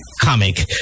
comic